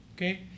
Okay